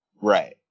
Right